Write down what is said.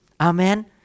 Amen